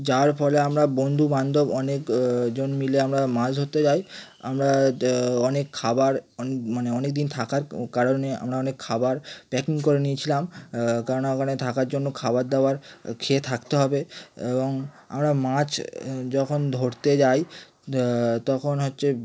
যার ফলে আমরা বন্ধুবান্ধব অনেকজন মিলে আমরা মাছ ধরতে যাই আমরা অনেক খাবার মানে অনেক দিন থাকার কারণে আমরা অনেক খাবার প্যাকিং করে নিয়েছিলাম কারণ ওখানে থাকার জন্য খাবার দাবার খেয়ে থাকতে হবে এবং আমরা মাছ যখন ধরতে যাই তখন হচ্ছে